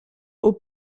aux